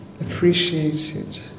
appreciated